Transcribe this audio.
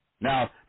Now